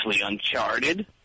uncharted